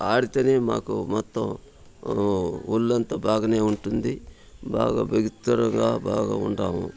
ఆడితే మాకు మొత్తం ఒళ్ళంతా బాగానే ఉంటుంది బాగా బిగిత్తరుగా బాగా ఉంటాము